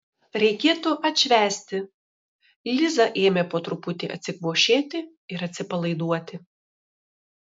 reikėtų atšvęsti liza ėmė po truputį atsikvošėti ir atsipalaiduoti